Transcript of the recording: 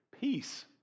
peace